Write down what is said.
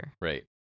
right